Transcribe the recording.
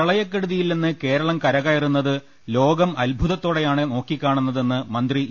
പ്രളയക്കെടുതിയിൽനിന്ന് കേരളം കരകയറുന്നത് ലോകം അദ്ഭുതത്തോടെയാണ് നോക്കികാണുന്നതെന്ന് മന്ത്രി ഇ